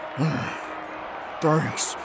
Thanks